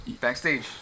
Backstage